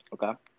Okay